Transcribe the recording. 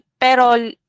pero